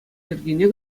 йӗркине